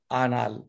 anal